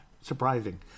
surprising